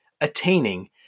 attaining